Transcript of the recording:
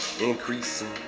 increasing